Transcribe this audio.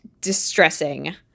distressing